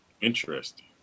Interesting